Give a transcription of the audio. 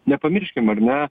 nepamirškim ar ne